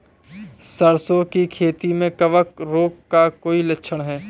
सरसों की खेती में कवक रोग का कोई लक्षण है?